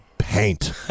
paint